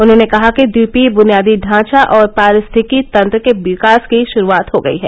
उन्होंने कहा कि ट्वीपीय बुनियादी ढांचा और पारिस्थिकी तंत्र के विकास की शुरुआत हो गई है